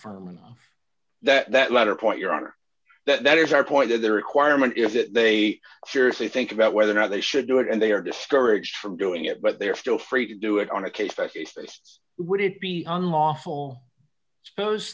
from that latter point your honor that is our point of the requirement is that they seriously think about whether or not they should do it and they are discouraged from doing it but they're still free to do it on a case by case basis would it be unlawful suppose